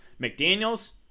McDaniels